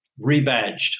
rebadged